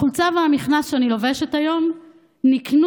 החולצה והמכנסיים שאני לובשת היום נקנו